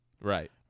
Right